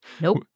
Nope